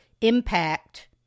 impact